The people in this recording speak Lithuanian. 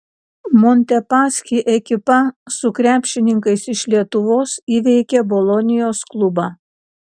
montepaschi ekipa su krepšininkais iš lietuvos įveikė bolonijos klubą